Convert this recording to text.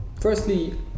firstly